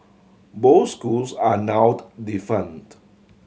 both schools are now defunct